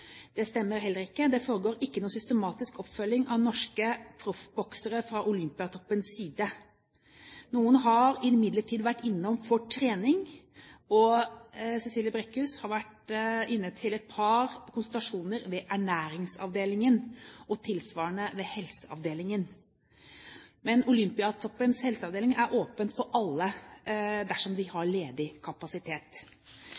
Det stemmer heller ikke. Det foregår ikke noen systematisk oppfølging av norske proffboksere fra Olympiatoppens side. Noen har imidlertid vært innom for trening og Cecilia Brækhus har vært inne til et par konsultasjoner ved ernæringsavdelingen og tilsvarende ved helseavdelingen. Men Olympiatoppens helseavdeling er åpen for alle dersom de